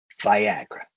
Viagra